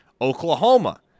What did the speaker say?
Oklahoma